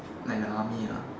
like the army ah